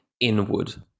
inward